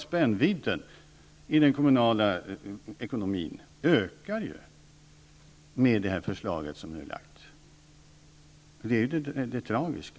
Spännvidden i den kommunala ekonomin ökar ju med det förslag som ni har lagt fram. Det är det tragiska.